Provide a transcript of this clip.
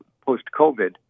post-COVID